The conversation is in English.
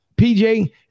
PJ